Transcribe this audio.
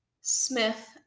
smith